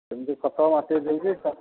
ଏମିତି ଖତ ମାଟି ଦେଇକି ତା